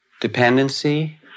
Dependency